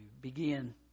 begin